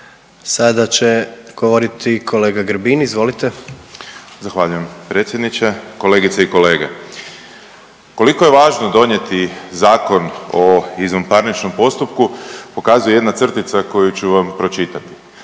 Sada će govoriti kolega Grbin, izvolite. **Grbin, Peđa (SDP)** Zahvaljujem predsjedniče. Kolegice i kolege. Koliko je važno donijeti Zakon o izvanparničnom postupku pokazuje jedna crtica koju ću vam pročitati,